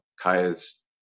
kaya's